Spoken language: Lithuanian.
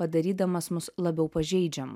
padarydamas mus labiau pažeidžiamus